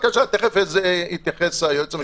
בקשה שתכף יתייחס אליה היועץ המשפטי.